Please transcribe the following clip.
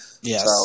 Yes